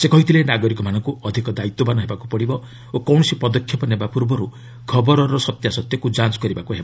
ସେ କହିଥିଲେ ନାଗରିକମାନଙ୍କୁ ଅଧିକ ଦାୟିତ୍ୱବାନ୍ ହେବାକୁ ପଡ଼ିବ ଓ କୌଣସି ପଦକ୍ଷେପ ନେବା ପୂର୍ବରୁ ଖବରର ସତ୍ୟାସତ୍ୟକୁ ଯାଞ୍ଚ କରିବାକୁ ହେବ